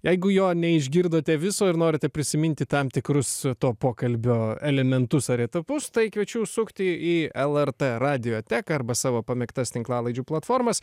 jeigu jo neišgirdote viso ir norite prisiminti tam tikrus to pokalbio elementus ar etapus tai kviečiu užsukti į lrt radioteką arba savo pamėgtas tinklalaidžių platformas